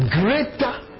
greater